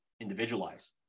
Individualize